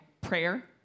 Prayer